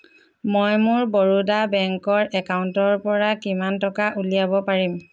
মই মোৰ বৰোদা বেংকৰ একাউণ্টৰপৰা কিমান টকা উলিয়াব পাৰিম